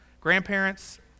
Grandparents